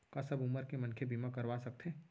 का सब उमर के मनखे बीमा करवा सकथे?